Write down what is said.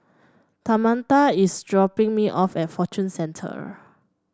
Tamatha is dropping me off at Fortune Centre